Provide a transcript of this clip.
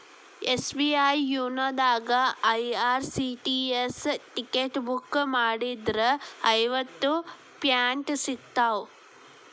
SBI YONO ದಾಗಾ IRCTC ticket book ಮಾಡಿದ್ರ ಐವತ್ತು ಪಾಯಿಂಟ್ ಸಿಗ್ತಾವ